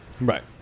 right